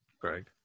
Greg